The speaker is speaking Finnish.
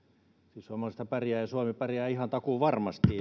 siis suomalaisethan pärjäävät ja suomi pärjää ihan takuuvarmasti